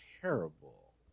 terrible